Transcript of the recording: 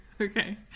Okay